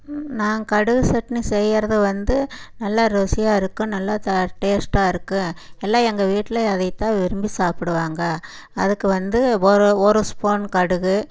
நான் கடுகு சட்னி செய்யிறது வந்து நல்லா ருசியாக இருக்கும் நல்லத்தா டேஸ்ட்டாக இருக்கும் எல்லாம் எங்கள் வீட்டில் அதைத்தான் விரும்பி சாப்பிடுவாங்க அதுக்கு வந்து ஒரு ஒரு ஸ்பூன் கடுகு